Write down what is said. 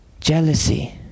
Jealousy